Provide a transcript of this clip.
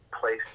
place